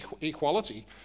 equality